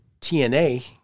TNA